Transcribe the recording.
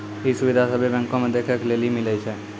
इ सुविधा सभ्भे बैंको मे देखै के लेली मिलै छे